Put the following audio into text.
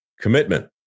Commitment